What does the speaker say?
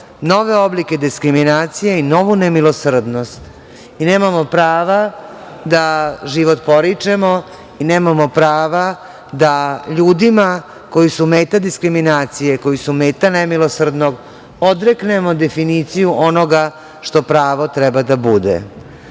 nove oblike diskriminacije i novu nemilosrdnost i nemamo prava da život poričemo i nemamo prava da ljudima koji su meta diskriminacije, koji su meta nemilosrdnog odreknemo definiciju onoga što pravo treba da bude. Pre